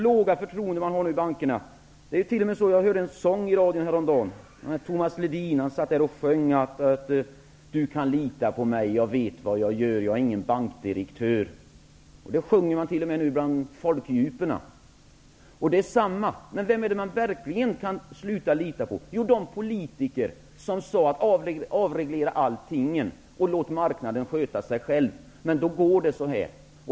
Jag hörde en sång i radion häromdagen. Det var Tomas Ledin som sjöng: ''Du kan lita på mig, Ja jag vet vad jag gör, Jag är ingen bankdirektör''. Det sjunger man nu t.o.m. i folkdjupet. Men vem är det som man verkligen kan sluta att lita på? Jo, de politiker som sade: Avreglera allting och låt marknaden sköta sig själv! Då går det så här.